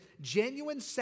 Genuine